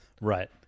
Right